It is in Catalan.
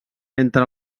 entre